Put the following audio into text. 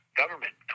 government